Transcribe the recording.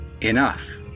enough